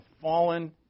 fallen